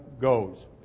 goes